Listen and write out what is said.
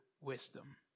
wisdom